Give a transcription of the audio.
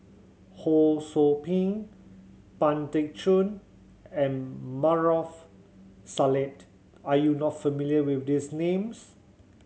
Ho Sou Ping Pang Teck Joon and Maarof Salleh are you not familiar with these names